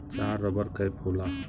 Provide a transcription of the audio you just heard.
चार rubber cap होला